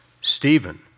Stephen